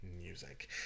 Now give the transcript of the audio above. Music